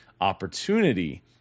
opportunity